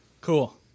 Cool